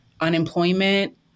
unemployment